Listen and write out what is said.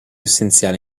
essenziale